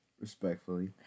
Respectfully